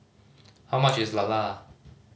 how much is lala